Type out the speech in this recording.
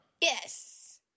Yes